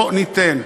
לא ניתן.